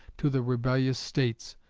to the rebellious states,